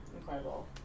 Incredible